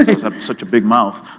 have such a big mouth,